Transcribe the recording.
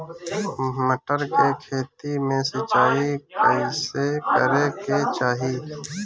मटर के खेती मे सिचाई कइसे करे के चाही?